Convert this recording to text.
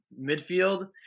midfield